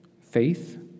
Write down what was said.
faith